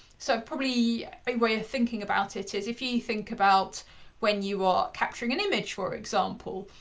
so probably a way of thinking about it is if you think about when you are capturing an image for example,